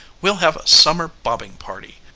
we'll have a summer bobbing party.